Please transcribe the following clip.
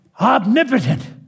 Omnipotent